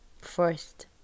first